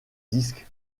disques